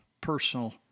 personal